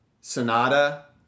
Sonata